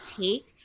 take